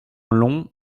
long